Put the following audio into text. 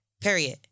Period